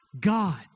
God